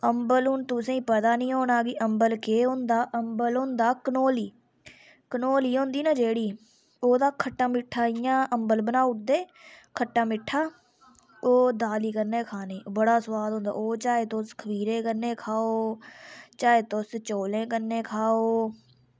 अम्बल हून तुसेंगी पता निं होना कि अम्बल केह् होंदा अम्बल होंदा कंडौली कंडौली होंदी ना जेह्ड़ी ओह्दा खट्टा मिट्ठा इं'या अम्बल बनाई ओड़दे खट्टा मिट्ठा ओह् दाली कन्नै खानी बड़ा सोआद होंदा ओह् चाहे तुस खमीरे कन्नै खाओ चाहे तुस चौलें कन्नै खाओ